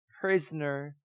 prisoner